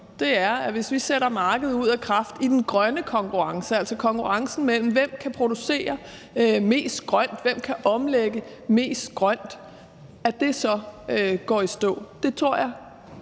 er, hvis man sætter markedet ud af kraft i den grønne konkurrence, altså at konkurrencen om, hvem der kan producere mest grønt, og hvem der kan omlægge mest grønt, går i stå. Det tror jeg